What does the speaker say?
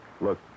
Look